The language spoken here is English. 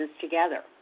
together